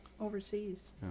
overseas